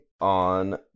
on